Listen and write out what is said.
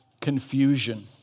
confusion